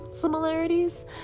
similarities